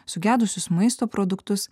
sugedusius maisto produktus